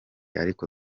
ariko